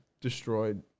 destroyed